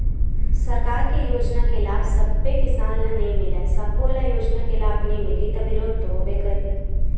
सरकार के योजना के लाभ सब्बे किसान ल नइ मिलय, सब्बो ल योजना के लाभ नइ मिलही त बिरोध तो होबे करही